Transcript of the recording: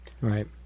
Right